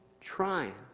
trying